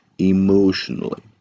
emotionally